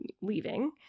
leaving